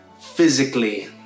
physically